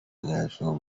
national